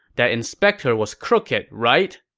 that inspector was crooked, right?